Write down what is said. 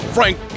Frank